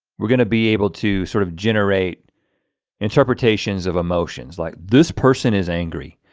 we're gonna be able to sort of generate interpretations of emotions like this person is angry.